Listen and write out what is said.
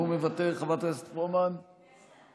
גם הוא מוותר, חברת הכנסת פרומן, איננה,